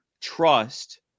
trust